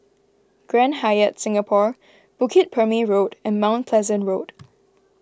Grand Hyatt Singapore Bukit Purmei Road and Mount Pleasant Road